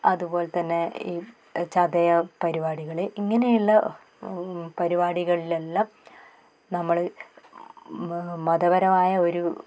അതുപോലെ തന്നെ ഈ ചതയ പരിപാടികൾ ഇങ്ങനെയുള്ള പരിപാടികളിൽ എല്ലാം നമ്മൾ മതപരമായ ഒരു